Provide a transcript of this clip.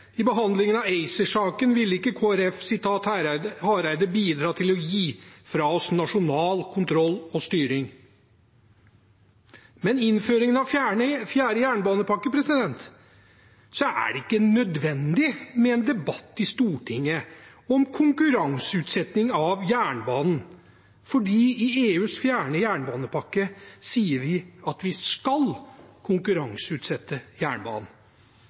I behandlingen av ACER-saken ville ikke Kristelig Folkeparti – ifølge Hareide – bidra til å gi fra oss nasjonal kontroll og styring. Men ved innføringen av fjerde jernbanepakke er det ikke nødvendig med en debatt i Stortinget om konkurranseutsetting av jernbanen, for EUs fjerde jernbanepakke sier at vi skal konkurranseutsette jernbanen.